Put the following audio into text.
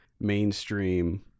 mainstream